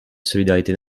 solidarité